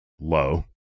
low